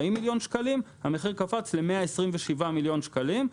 מיליון שקלים הרי המחיר קפץ ל-127 מיליון שקלים,